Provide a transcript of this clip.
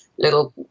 little